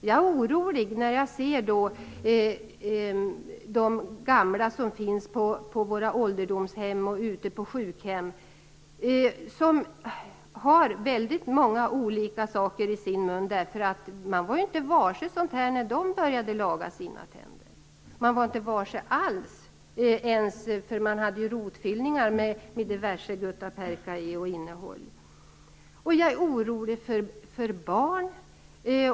Jag är orolig när jag ser de gamla på våra ålderdomshem och sjukhem. De har väldigt många olika saker i sina munnar. När man började laga deras tänder var man nämligen inte varse sådant här, och gjorde rotfyllningar med diverse guttaperka som innehåll. Jag är också orolig för barnen.